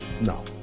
No